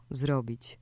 zrobić